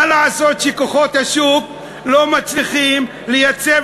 מה לעשות שכוחות השוק לא מצליחים לייצר